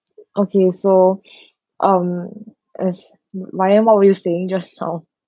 okay so um as maya what were you saying just now